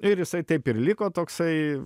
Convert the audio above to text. ir jisai taip ir liko toksai